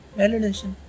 validation